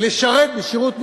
לשרת בשירות מילואים,